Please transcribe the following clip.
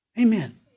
Amen